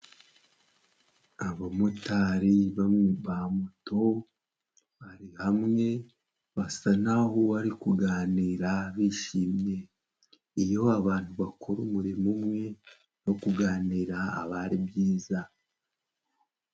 Abamotari ba moto bari hamwe basa naho bari kuganira bishimye. Iyo abantu bakora umurimo umwe, no kuganira aba ari byiza.